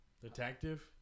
Detective